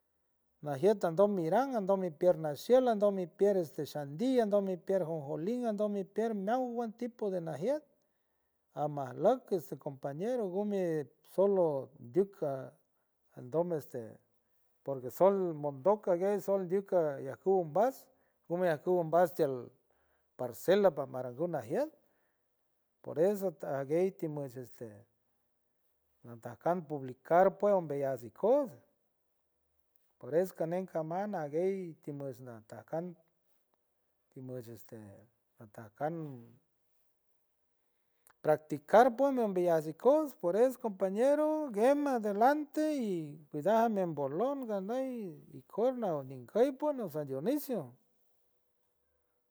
Najier taton miran ando mi pierna xiel ando mi pier este xandi ando mi pier jonjoli ando mi pier meowan tipo de najier amajluck este compañero gumie sdo ndyuck a andom este porque sol mondoc aquie sol diuk allaj kuy mbast gumie majcuy mbast tiel parcela paparangu najier por eso ta aguey timush este najtajkan publicar pue umbeyuts ikoots por eso caney caman aguey timushñajtajkan timush este najtajkan practicar pue mi umbeyuts ikoots por eso compañero gema adelante y cuidaj meombelo mi ganuy ikoort nagnicoy pue ni san dionisio.